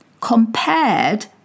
compared